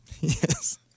Yes